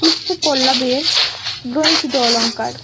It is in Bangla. পুষ্পপল্লবের গ্রন্থিত অলঙ্কার